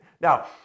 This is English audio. Now